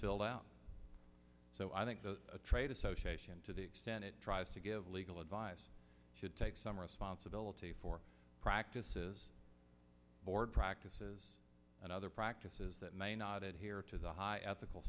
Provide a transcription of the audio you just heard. ile out so i think those trade association to the extent it tries to give legal advice should take some responsibility for practices board practices and other practices that may not adhere to the high ethical